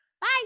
Bye